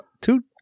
two